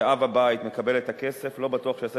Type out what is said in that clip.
שכשאב הבית מקבל את הכסף לא בטוח שהוא יעשה